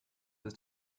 ist